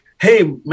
hey